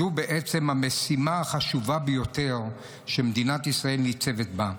זו בעצם המשימה החשובה ביותר שמדינת ישראל ניצבת מולה.